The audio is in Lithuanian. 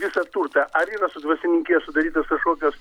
visą turtą ar yra su dvasininkija sudarytos kažkokios